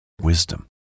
wisdom